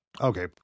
Okay